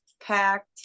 packed